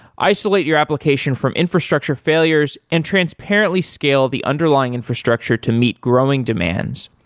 isolate your application from infrastructure failures and transparently scale the underlying infrastructure to meet growing demands,